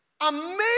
amazing